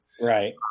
right